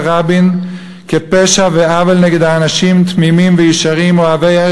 רבין פשע ועוול נגד אנשים תמימים וישרים,